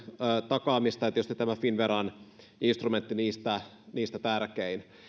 takaamista ja tietysti tämä finnveran instrumentti oli niistä tärkein